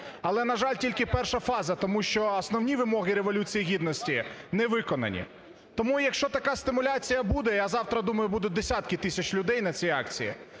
Але, на жаль, тільки перша фаза, тому що основні вимоги Революції Гідності не виконані. Тому, якщо така стимуляція буде, а завтра, я думаю, будуть десятки тисяч людей на цій акції,